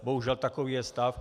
Bohužel, takový je stav.